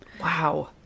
Wow